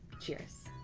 cheers.